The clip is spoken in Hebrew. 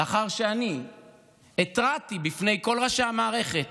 לאחר שאני התרעתי בפני כל ראשי המערכת